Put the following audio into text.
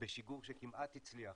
בשיגור שכמעט הצליח,